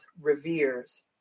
reveres